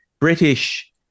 British